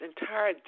entire